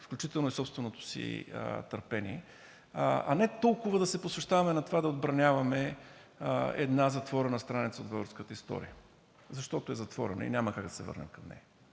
включително и собственото си търпение, а не толкова да се посвещаваме на това да отбраняваме една затворена страница в българската история, защото е затворена и няма как да се върнем към нея.